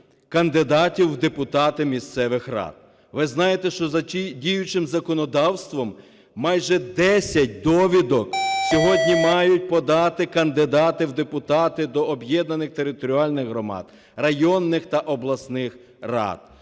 кандидатів в депутати місцевих рад. Ви знаєте, що за тим діючим законодавством майже 10 довідок сьогодні мають подати кандидати в депутати до об'єднаних територіальних громад, районних та обласних рад.